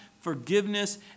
forgiveness